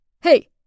Hey